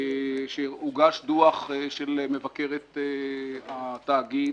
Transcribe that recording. ושהוגש דוח של מבקרת התאגיד.